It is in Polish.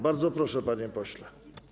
Bardzo proszę, panie pośle.